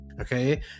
Okay